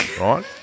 Right